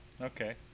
Okay